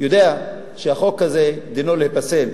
יודע שהחוק הזה דינו להיפסל.